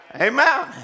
Amen